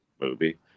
movie